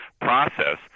process